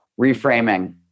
Reframing